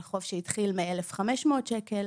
על חוב שהתחיל מ-1,500 שקלים.